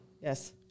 Yes